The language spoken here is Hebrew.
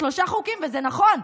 וזה נכון,